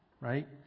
right